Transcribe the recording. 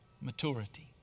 maturity